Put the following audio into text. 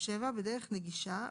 (7)בדרך נגישה,